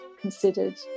considered